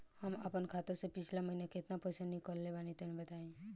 हम आपन खाता से पिछला महीना केतना पईसा निकलने बानि तनि बताईं?